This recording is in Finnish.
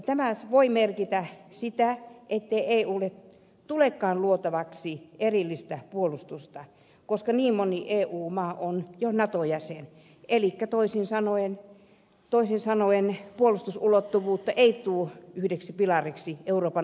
tämä voi merkitä sitä ettei eulle tulekaan luotavaksi erillistä puolustusta koska niin moni eu maa on jo nato jäsen toisin sanoen puolustusulottuvuutta ei tule yhdeksi pilariksi euroopan unioniin